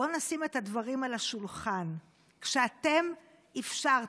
בוא נשים את הדברים על השולחן: כשאתם אפשרתם